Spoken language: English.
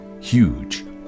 huge